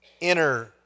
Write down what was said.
inner